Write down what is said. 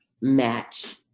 match